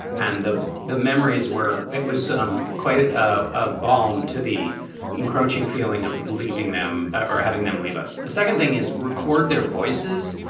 and the the memories were it was um quite a ah bomb to the encroaching feeling of leaving them or having them leave us. the second thing is record their voices,